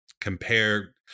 compare